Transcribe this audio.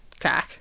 cack